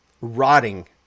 rotting